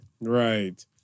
Right